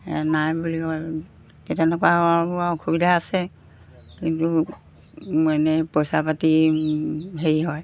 নাই বুলি কয় তেনেকুৱা অসুবিধা আছে কিন্তু এনে পইচা পাতি হেৰি হয়